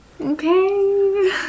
Okay